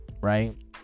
Right